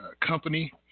company